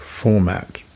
format